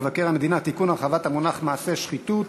(תיקון, הרחבת המונח מעשה שחיתות),